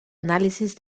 análisis